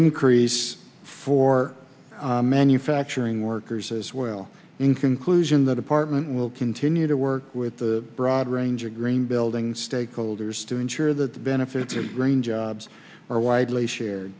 increase for manufacturing workers as well in conclusion the department will continue to work with the broad range of green building stakeholders to ensure that the benefits of green jobs are widely share